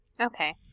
Okay